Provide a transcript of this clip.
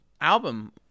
album